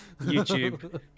YouTube